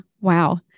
Wow